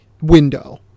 window